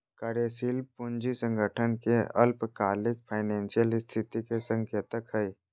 कार्यशील पूंजी संगठन के अल्पकालिक फाइनेंशियल स्थिति के संकेतक हइ